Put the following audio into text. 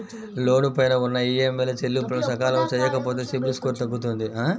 లోను పైన ఉన్న ఈఎంఐల చెల్లింపులను సకాలంలో చెయ్యకపోతే సిబిల్ స్కోరు తగ్గుతుంది